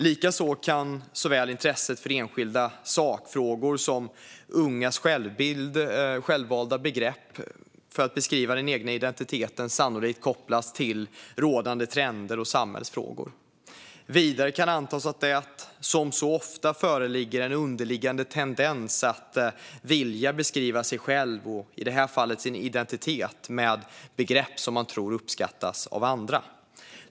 Likaså kan såväl intresset för enskilda sakfrågor som ungas självvalda begrepp för att beskriva den egna identiteten sannolikt kopplas till rådande trender och samhällsfrågor. Vidare kan antas att det som så ofta föreligger en underliggande tendens att vilja beskriva sig själv, och i det här fallet sin identitet, med begrepp som man tror uppskattas av andra.